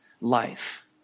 life